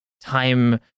time